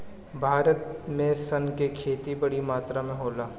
भारत में सन के खेती बड़ी मात्रा में होला